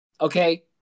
Okay